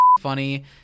funny